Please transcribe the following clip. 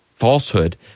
falsehood